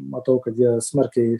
matau kad jie smarkiai